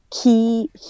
key